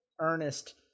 Ernest